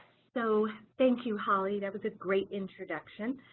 so thank you holly, that was a great introduction.